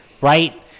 Right